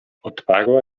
odparła